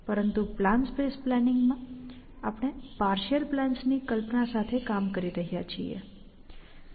પરંતુ plan space planning માં આપણે પાર્શિઅલ પ્લાન્સની કલ્પના સાથે કામ કરી રહ્યા છીએ